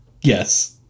Yes